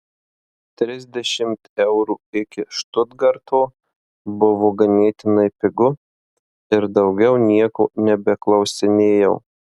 trisdešimt eurų iki štutgarto buvo ganėtinai pigu ir daugiau nieko nebeklausinėjau